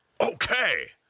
Okay